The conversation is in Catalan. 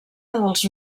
dels